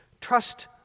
trust